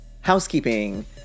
housekeeping